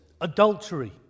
Adultery